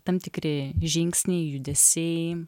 tam tikri žingsniai judesiai